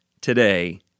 today